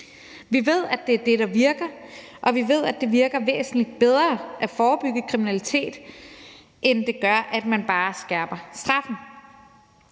Vi ved, at det er det, der virker, og vi ved, at det virker væsentlig bedre at forebygge kriminalitet, end det gør bare at skærpe straffen.